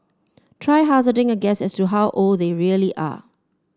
try hazarding a guess as to how old they really are